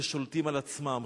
ששולטים על עצמם,